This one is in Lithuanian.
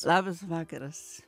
labas vakaras